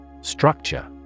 Structure